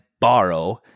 borrow